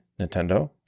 Nintendo